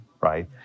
right